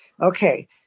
Okay